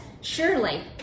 surely